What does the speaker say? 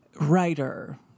writer